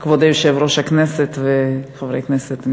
כבוד יושב-ראש הכנסת וחברי הכנסת,